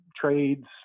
trades